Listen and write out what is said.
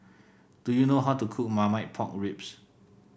do you know how to cook Marmite Pork Ribs